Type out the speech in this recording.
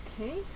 Okay